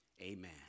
Amen